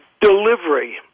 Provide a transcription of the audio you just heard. delivery